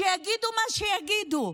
שיגידו מה שיגידו.